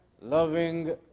loving